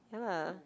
ya lah